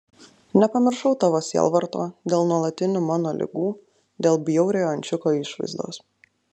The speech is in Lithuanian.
nepamiršau tavo sielvarto dėl nuolatinių mano ligų dėl bjauriojo ančiuko išvaizdos